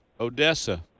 Odessa